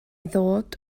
ddod